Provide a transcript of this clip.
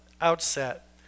outset